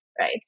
right